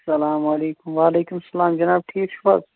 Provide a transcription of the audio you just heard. اسلام علیکُم وعلیکُم سَلام جِناب ٹھیٖک چھِو حظ